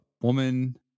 woman